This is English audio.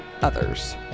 others